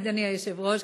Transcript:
אדוני היושב-ראש,